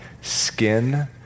skin